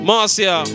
Marcia